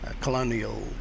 colonial